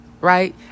Right